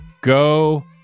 Go